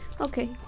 Okay